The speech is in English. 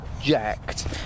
jacked